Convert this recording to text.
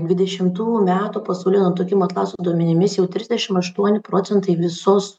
dvidešimtų metų pasaulio nutukimo atlaso duomenimis jau trisdešim aštuoni procentai visos